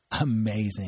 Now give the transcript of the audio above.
Amazing